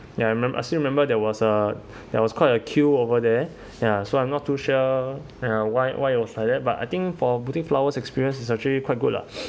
ya I remember I still remember there was a there was quite a queue over there ya so I'm not too sure uh why why it was like that but I think for boutique flowers experience is actually quite good lah